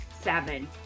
seven